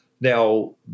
Now